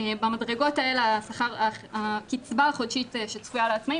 במדרגות האלה הקצבה החודשית שצפויה לעצמאים